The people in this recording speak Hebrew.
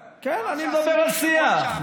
כן, אני מדבר על שיח.